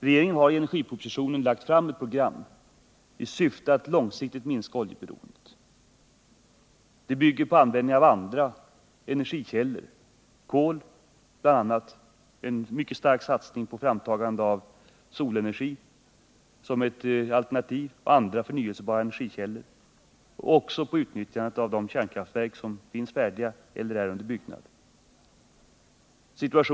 Regeringen har i energipropositionen lagt fram ett program i syfte att långsiktigt minska oljeberoendet. Programmet bygger på användning av andra energikällor. Som exempel kan nämnas kol, en mycket stark satsning på framtagandet av solenergi som ett alternativ, andra förnyelsebara energikällor och utnyttjandet av de kärnkraftverk som redan är färdiga eller som är under byggnad.